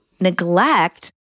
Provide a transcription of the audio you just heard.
neglect